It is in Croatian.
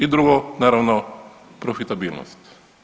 I drugo, naravno, profitabilnost.